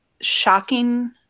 shocking